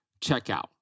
checkout